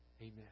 Amen